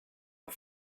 and